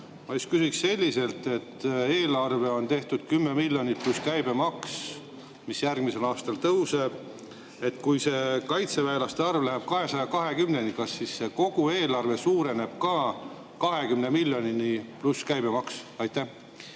Ma küsiksin selliselt, et eelarve on tehtud 10 miljonit pluss käibemaks, mis järgmisel aastal tõuseb. Kui see kaitseväelaste arv läheb 220-ni, kas siis kogu eelarve suureneb ka 20 miljonini pluss käibemaks? Aitäh,